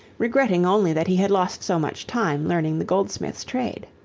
regretting only that he had lost so much time learning the goldsmith's trade.